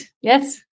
Yes